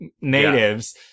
natives